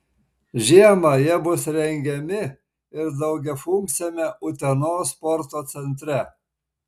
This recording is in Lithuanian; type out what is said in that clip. žiemą jie bus rengiami ir daugiafunkciame utenos sporto centre